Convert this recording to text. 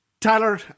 Tyler